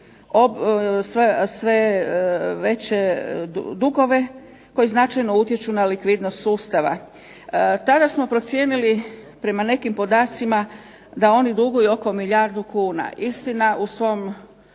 sve veće dugove, koje značajno utječu na likvidnost sustava. Tada smo procijenili po nekim podacima da oni duguju oko milijardu kuna. Istina u svom